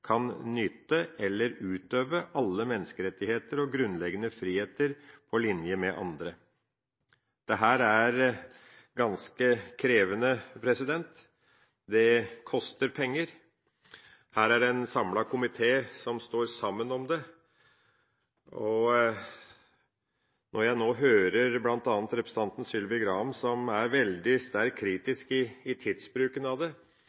kan nyte eller utøve alle menneskerettigheter og grunnleggende friheter på linje med andre». Dette er ganske krevende. Det koster penger. Her er det en samlet komité som står sammen om det, og når jeg nå hører bl.a. representanten Sylvi Graham som er veldig sterkt kritisk til tidsbruken, synes jeg det